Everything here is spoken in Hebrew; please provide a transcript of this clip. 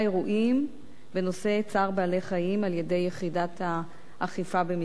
בנושא צער בעלי-חיים על-ידי יחידת האכיפה במשרדנו